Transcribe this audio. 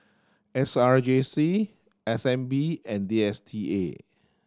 S R J C S N B and D S T A